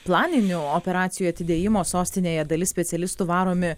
planinių operacijų atidėjimo sostinėje dalis specialistų varomi